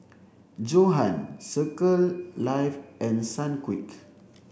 Johan Circle Life and Sunquick